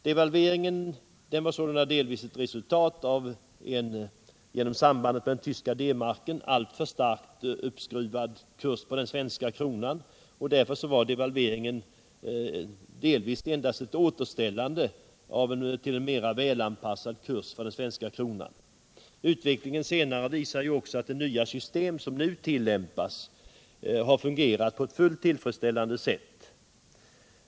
Devalveringen var sålunda delvis ett resultat av en på grund av sambandet med den tyska D-marken alltför starkt uppskruvad kurs på den svenska kronan. Därför var också devalveringen delvis endast ett återställande till en för den svenska kronan mera välanpassad kurs. Utvecklingen senare visar också att det nya system som nu tillämpas har fungerat på ett fullt tillfredsställande sätt.